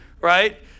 right